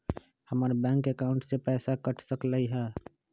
हमर bank account से पैसा कट सकलइ ह?